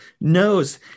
knows